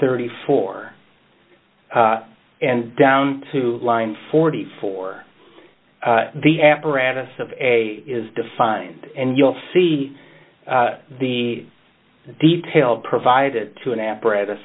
thirty four and down to line forty four the apparatus of a is defined and you'll see the detail provided to an apparatus